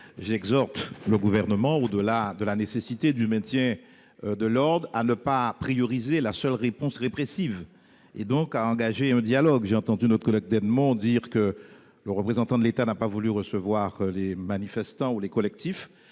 J'exhorte le Gouvernement, au-delà de la nécessité du maintien de l'ordre, à ne pas prioriser la seule réponse répressive et donc à engager un dialogue. J'ai entendu notre collègue Michel Dennemont dire que le représentant de l'État n'a pas voulu recevoir les manifestants ou les collectifs.